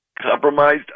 compromised